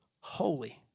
holy